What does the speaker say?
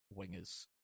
wingers